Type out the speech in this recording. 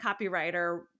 copywriter